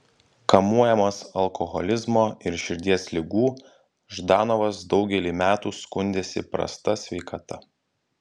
kamuojamas alkoholizmo ir širdies ligų ždanovas daugelį metų skundėsi prasta sveikata